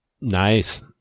Nice